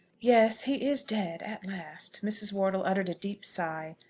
yes he is dead at last. mrs. wortle uttered a deep sigh.